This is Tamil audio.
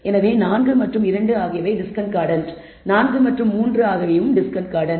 எனவே 4 மற்றும் 2 ஆகியவை டிஸ்கார்டன்ட் 4 மற்றும் 3 டிஸ்கார்டன்ட்